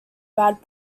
bad